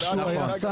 נכון.